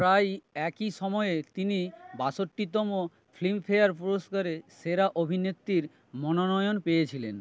প্রাই একই সময়ে তিনি বাষট্টিতম ফিল্মফেয়ার পুরস্কারে সেরা অভিনেত্রীর মনোনয়ন পেয়েছিলেন